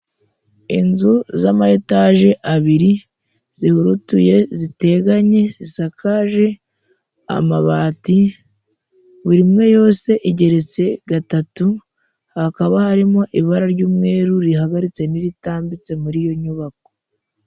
Inzu z'ama etaje abiri zihurutuye, ziteganye zisakaje amabati buri imwe yose igeretse gatatu, hakaba harimo ibara ry'umweru rihagaritse n'iritambitse muri iyo nyubako.